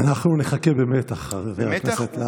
אנחנו נחכה במתח, חבר הכנסת להב הרצנו.